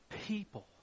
people